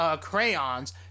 crayons